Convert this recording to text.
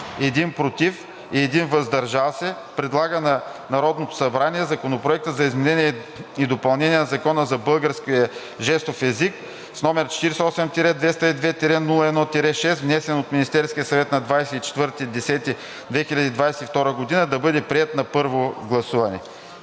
1 – „против“ и 1 – „въздържал се“ предлага на Народното събрание Законопроект за изменение и допълнение на Закона за българския жестов език, № 48-202-01-6, внесен от Министерския съвет на 24 октомври 2022 г., да бъде приет на първо гласуване.“